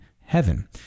heaven